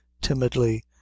timidly